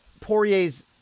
Poirier's